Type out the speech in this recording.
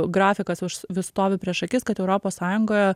grafikas už vis stovi prieš akis kad europos sąjungoje